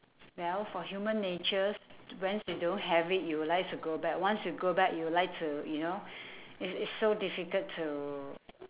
well for human natures whens you don't have it you would like to go back once you go back you would like to you know it's it's so difficult to